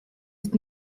ist